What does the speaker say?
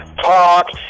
Talk